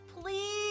please